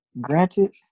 Granted